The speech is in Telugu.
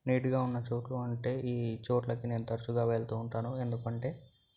నీట్గా ఉన్నచోట్లకి అంటే ఈ చోట్లకి నేను తరచుగా వెళ్తూ ఉంటాను ఎందుకంటే